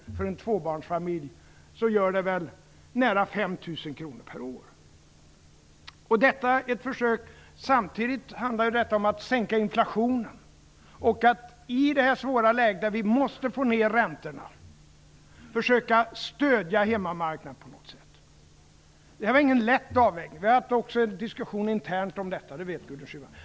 För en tvåbarnsfamilj betyder det nära 5 000 kr per år. Samtidigt handlade det om att sänka inflationen och att i det svåra läge där vi måste få ned räntorna försöka att stödja hemmamarknaden på något sätt. Det var ingen lätt avvägning, och vi har, som Gudrun Schyman vet, haft en intern diskussion.